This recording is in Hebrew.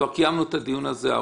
כבר קיימנו את הדיון בנושא הזה.